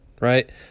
right